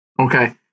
Okay